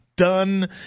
done